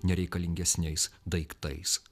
nereikalingesniais daiktais